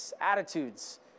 attitudes